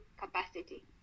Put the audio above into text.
capacity